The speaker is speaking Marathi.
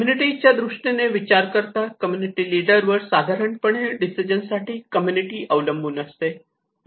कम्युनिटी त्यादृष्टीने विचार करता कम्युनिटी लीडर वर साधारणपणे डिसिजन साठी कम्युनिटी अवलंबून असते